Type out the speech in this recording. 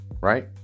right